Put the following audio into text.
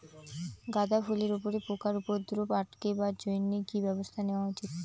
গাঁদা ফুলের উপরে পোকার উপদ্রব আটকেবার জইন্যে কি ব্যবস্থা নেওয়া উচিৎ?